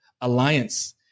alliance